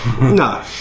no